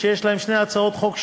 שיש להם שתי הצעות חוק שונות.